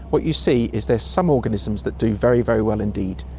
what you see is there's some organisms that do very, very well indeed.